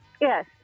Yes